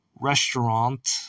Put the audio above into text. restaurant